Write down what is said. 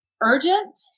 urgent